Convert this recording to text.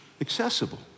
accessible